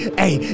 hey